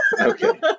Okay